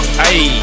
hey